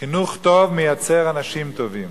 חינוך טוב מייצר אנשים טובים.